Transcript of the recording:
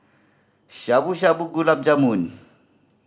Shabu Shabu Gulab Jamun